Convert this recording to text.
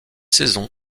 saison